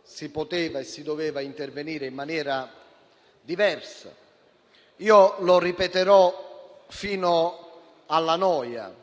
si poteva e si doveva intervenire in maniera diversa. E lo ripeterò fino alla noia,